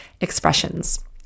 Expressions